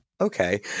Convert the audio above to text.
okay